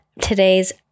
today's